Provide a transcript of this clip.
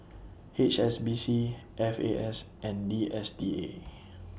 H S B C F A S and D S T A